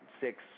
six